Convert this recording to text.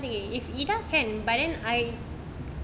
if idah can but then I